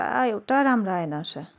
आ एउटा राम्रो आएन रहेछ